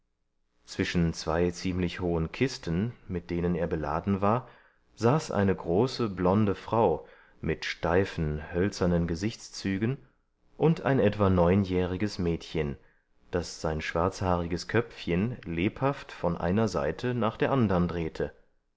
zwischen zwei ziemlich hohen kisten mit denen er beladen war saß eine große blonde frau mit steifen hölzernen gesichtszügen und ein etwa neunjähriges mädchen das sein schwarzhaariges köpfchen lebhaft von einer seite nach der andern drehte